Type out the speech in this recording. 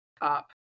up